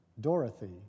Dorothy